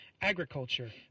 agriculture